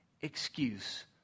excuse